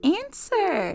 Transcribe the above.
answer